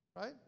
Right